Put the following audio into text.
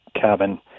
cabin